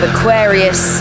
Aquarius